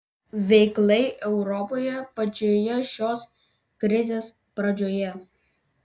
veiklai europoje pačioje šios krizės pradžioje